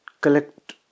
collect